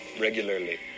regularly